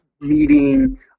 meeting